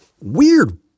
weird